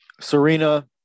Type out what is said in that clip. Serena